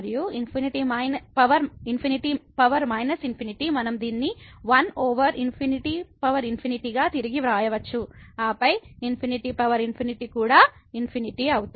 మరియు ∞∞ మనం దీన్ని 1 ఓవర్ ∞∞ గా తిరిగి వ్రాయవచ్చు ఆపై ∞∞ కూడా ∞